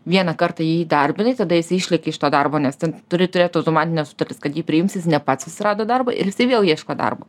vieną kartą jį įdarbinai tada jis išlėkė iš to darbo nes ten turi turėt automatinę sutartis kad ji priims jis ne pats susirado darbą ir vėl ieško darbo